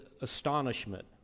astonishment